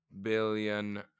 billion